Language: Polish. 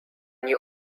nie